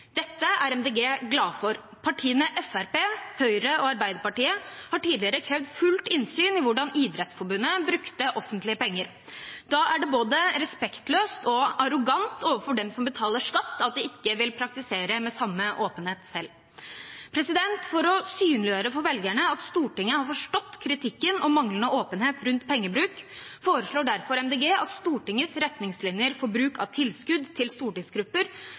Dette er Miljøpartiet De Grønne glad for. Partiene Fremskrittspartiet, Høyre og Arbeiderpartiet har tidligere krevd fullt innsyn i hvordan Idrettsforbundet brukte offentlige penger. Da er det både respektløst og arrogant overfor dem som betaler skatt, at de ikke vil praktisere samme åpenhet selv. For å synliggjøre for velgerne at Stortinget har forstått kritikken av manglende åpenhet rundt pengebruk, foreslår derfor Miljøpartiet De Grønne at Stortingets retningslinjer for bruk av tilskudd til stortingsgrupper